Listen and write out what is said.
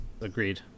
Agreed